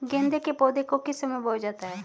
गेंदे के पौधे को किस समय बोया जाता है?